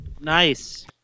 Nice